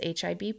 HIV